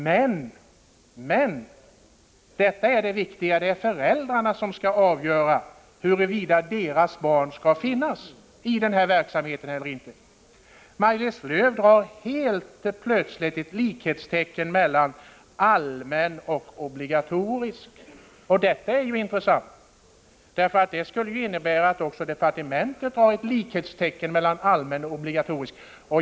Men, och det är det viktiga, det är föräldrarna som skall avgöra huruvida deras barn skall ta del av den här verksamheten eller inte. Maj-Lis Lööw drar helt plötsligt ett likhetstecken mellan allmän och obligatorisk, och detta är intressant. Det skulle ju innebära att också departementet drar ett likhetstecken mellan allmän och obligatorisk.